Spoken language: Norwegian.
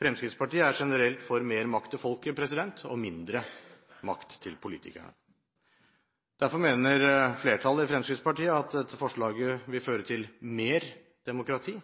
Fremskrittspartiet er generelt for mer makt til folket og mindre makt til politikerne. Derfor mener flertallet i Fremskrittspartiet at dette forslaget vil føre til mer demokrati